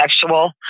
sexual